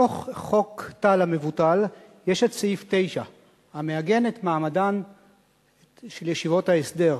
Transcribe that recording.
בתוך חוק טל המבוטל יש סעיף 9 המעגן את מעמדן של ישיבות ההסדר.